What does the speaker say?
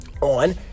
on